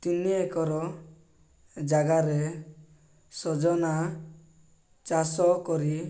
ତିନି ଏକର ଜାଗାରେ ସଜନା ଚାଷ କରି